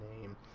name